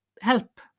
help